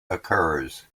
occurs